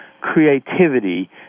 creativity